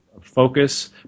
focus